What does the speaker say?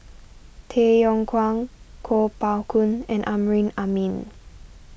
Tay Yong Kwang Kuo Pao Kun and Amrin Amin